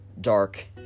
dark